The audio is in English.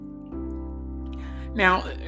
Now